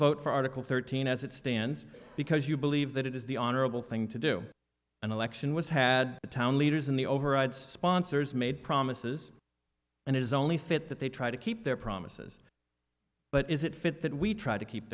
vote for article thirteen as it stands because you believe that it is the honorable thing to do an election was had town leaders in the override sponsors made promises and it is only fit that they try to keep their promises but is it fit that we try to keep